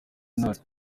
intore